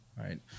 right